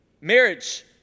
marriage